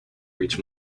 reach